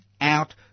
out